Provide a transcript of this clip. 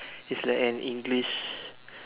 is like an English